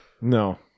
No